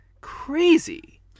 crazy